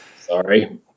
Sorry